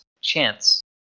chance